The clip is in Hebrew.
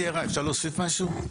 אפשר להוסיף משהו?